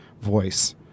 voice